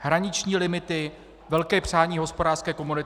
Hraniční limity velké přání Hospodářské komory.